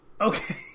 Okay